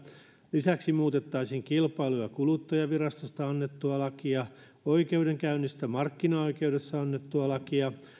lisäksi muutettaisiin kilpailu ja kuluttajavirastosta annettua lakia oikeudenkäynnistä markkinaoikeudessa annettua lakia